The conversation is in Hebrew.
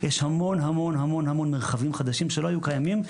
יש המון המון מרחבים חדשים שלא היו קיימים,